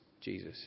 Jesus